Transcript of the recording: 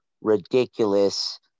ridiculous